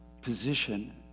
position